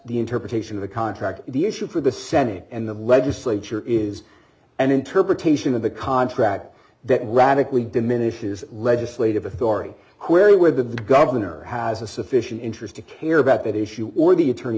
the interpretation of the contract the issue for the senate and the legislature is an interpretation of the contract that radically diminishes legislative authority where you would that the governor has a sufficient interest to care about that issue or the attorney